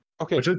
Okay